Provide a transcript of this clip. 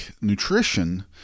nutrition